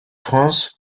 prince